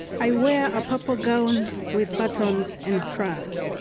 i wear a purple gown with buttons in front.